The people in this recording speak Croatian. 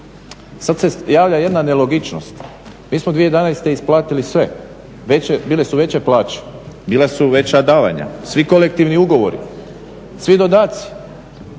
Sad se javlja jedna nelogičnost. Mi smo 2011. isplatili sve, bile su veće plaće, bila su veća davanja, svi kolektivni ugovori, svi dodaci